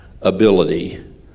ability